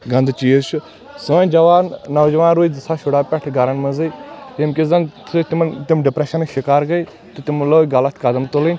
گنٛدٕ چیٖز چھُ سٲنۍ جوان نوجوان روٗدۍ زٕ ساس شُراہ پٮ۪ٹھ گرن منٛزے ییٚمۍ کہِ زن سۭتۍ تِمن تِم ڈپرٮ۪شنٕکۍ شکار گے تہٕ تمو لٲگۍ غلط قدم تُلٕنۍ